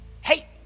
Hey